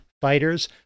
fighters